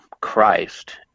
Christ